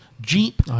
Jeep